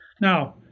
Now